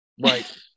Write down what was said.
Right